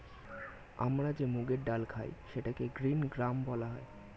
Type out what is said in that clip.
আমরা যে মুগের ডাল খাই সেটাকে গ্রীন গ্রাম বলা হয়